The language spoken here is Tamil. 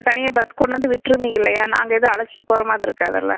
தனியாக பஸ் கொண்ணாந்து விட்டுருவீங்க இல்லையா நாங்கள் எதுவும் அழைச்சிட்டு போகற மாதிரி இருக்காதுல்ல